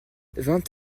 vingt